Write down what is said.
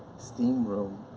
steam room,